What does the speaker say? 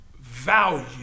value